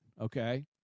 Okay